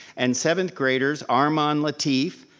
and seventh graders armon lateef,